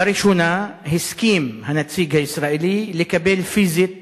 לראשונה הסכים הנציג הישראלי לקבל פיזית